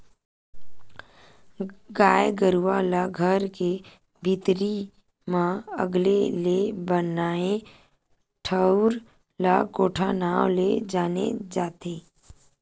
गाय गरुवा ला घर के भीतरी म अलगे ले बनाए ठउर ला कोठा नांव ले जाने जाथे